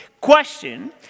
question